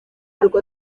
ariko